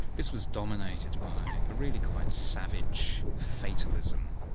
this was dominated by a really quite savage fatalism.